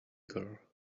girl